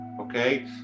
okay